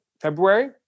February